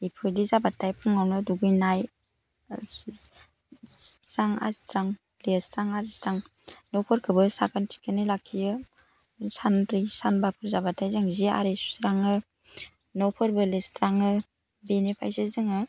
बिफोरबायदि जाबाथाय फुङावनो दुगैनाय सिबस्रां आरिस्रां लिरस्रां आरिस्रां न'फोरखौबो साखोन सिखोनै लाखियो सानब्रै सानबाफोर जाबाथाय जों जि आरि सुस्राङो न'फोरबो लिरस्राङो बिनिफ्रायसो जोङो